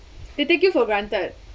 they take you for granted